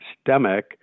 stomach